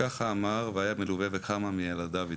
ככה אמר, והיה מלווה בכמה מילדיו איתו.